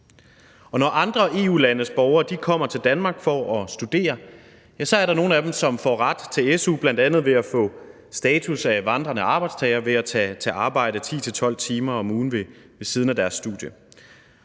Når andre EU-landes borgere kommer til Danmark for at studere, ja, så er der nogle af dem, som får ret til su bl.a. ved at få status af vandrende arbejdstagere ved at tage arbejde 10-12 timer om ugen ved siden af deres studie.